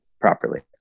properly